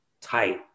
tight